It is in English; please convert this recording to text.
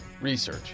research